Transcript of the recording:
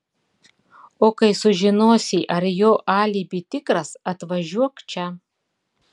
o kai sužinosi ar jo alibi tikras atvažiuok čia